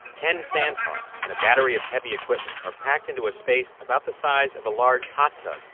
ten sandhogs and a battery of heavy equipment are packed into a space about the size of a large hot tub.